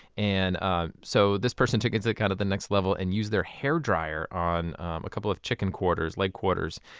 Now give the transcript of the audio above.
and um so this person took it to the kind of the next level and used their hair dryer on a couple of chicken leg like quarters.